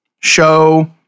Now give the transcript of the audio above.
show